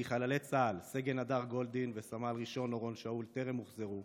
חללי צה"ל סגן הדר גולדין וסמל ראשון אורון שאול טרם הוחזרו,